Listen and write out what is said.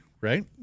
right